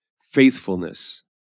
Faithfulness